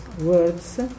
words